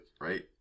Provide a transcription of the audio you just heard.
right